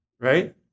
Right